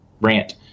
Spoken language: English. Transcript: rant